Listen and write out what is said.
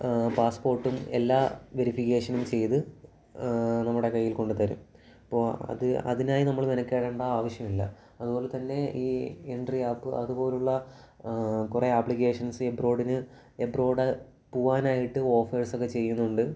പാസ്സ്പോർട്ടും എല്ലാ വെരിഫിക്കേഷനും ചെയ്ത് നമ്മുടെ കയ്യിൽ കൊണ്ടുത്തരും അപ്പോൾ അത് അതിനായി നമ്മൾ മെനക്കെടേണ്ട ആവശ്യമില്ല അതുപോലെ തന്നെ ഈ എൻട്രി ആപ്പ് അതുപോലുള്ള കുറെ ആപ്ലിക്കേഷൻസ് എബ്രോഡിന് എബ്രോഡ് പോവാനായിട്ട് ഒഫേഴ്സക്കെ ചെയ്യുന്നുണ്ട്